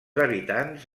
habitants